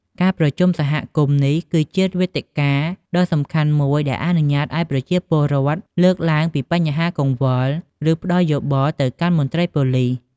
ការប្រជុំសហគមន៍នេះគឺជាវេទិកាដ៏សំខាន់មួយដែល អនុញ្ញាតឱ្យប្រជាពលរដ្ឋលើកឡើងពីបញ្ហា កង្វល់ ឬផ្តល់យោបល់ទៅកាន់មន្ត្រីប៉ូលិស។